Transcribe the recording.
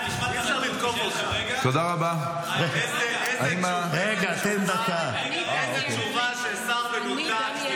אי-אפשר --- איזו תשובה של שר מנותק,